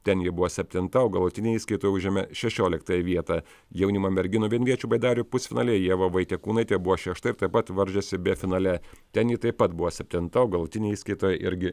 ten ji buvo septinta o galutinėje įskaitoje užėmė šešioliktąją vietą jaunimo merginų vienviečių baidarių pusfinalyje ieva vaitiekūnaitė buvo šešta ir taip pat varžėsi b finale ten ji taip pat buvo septinta o galutinėje įskaitoje irgi